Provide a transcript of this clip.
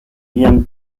jen